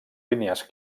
línies